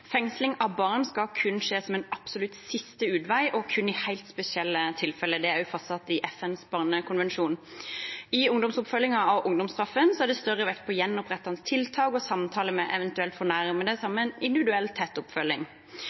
Fengsling av barn skal kun skje som en absolutt siste utvei og kun i helt spesielle tilfeller. Det er også fastsatt i FNs barnekonvensjon. I ungdomsoppfølgingen og ungdomsstraffen er det større vekt på gjenopprettende tiltak og samtale med eventuelt fornærmede som en individuell tett oppfølging.